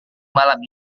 malam